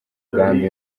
rugamba